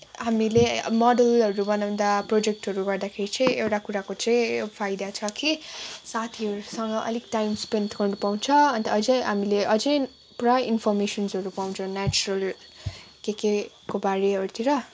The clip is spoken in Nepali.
हामीले मोडलहरू बनाउँदा प्रोजेक्टहरू गर्दाखेरि चाहिँ एउटा कुराको चाहिँ फाइदा छ कि साथीहरूसँग अलिक टाइम सपेन्ड गर्न पाउँछ अन्त अझै हामीले अझै पुरा इन्फर्मेसनहरू पाउँछ नेचुरल के केको बारेहरूतिर